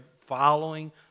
following